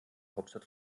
hauptstadt